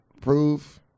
proof